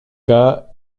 cas